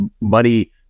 money